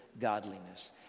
godliness